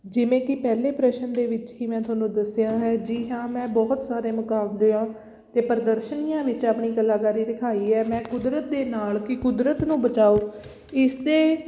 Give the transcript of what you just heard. ਜਿਵੇਂ ਕਿ ਪਹਿਲੇ ਪ੍ਰਸ਼ਨ ਦੇ ਵਿੱਚ ਹੀ ਮੈਂ ਤੁਹਾਨੂੰ ਦੱਸਿਆ ਹੈ ਜੀ ਹਾਂ ਮੈਂ ਬਹੁਤ ਸਾਰੇ ਮੁਕਾਬਲਿਆਂ ਅਤੇ ਪ੍ਰਦਰਸ਼ਨੀਆਂ ਵਿੱਚ ਆਪਣੀ ਕਲਾਕਾਰੀ ਦਿਖਾਈ ਹੈ ਮੈਂ ਕੁਦਰਤ ਦੇ ਨਾਲ ਕਿ ਕੁਦਰਤ ਨੂੰ ਬਚਾਉ ਇਸ 'ਤੇ